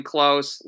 Close